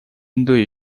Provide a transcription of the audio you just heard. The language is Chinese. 针对